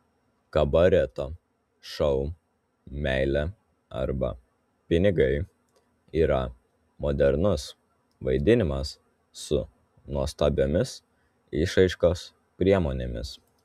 kabareto šou meilė arba pinigai yra modernus vaidinimas su nuostabiomis išraiškos priemonėmis